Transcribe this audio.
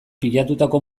pilatutako